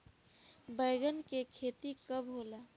बैंगन के खेती कब होला?